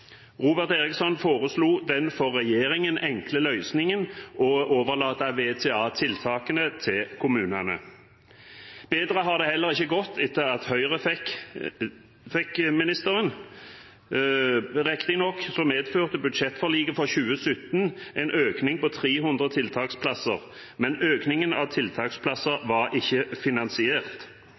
Robert Eriksson foreslo den for regjeringen enkle løsningen å overlate VTA-tiltakene til kommunene. Bedre har det heller ikke gått etter at Høyre fikk ministeren. Riktignok medførte budsjettforliket for 2017 en økning på 300 tiltaksplasser, men økningen av tiltaksplasser var ikke finansiert.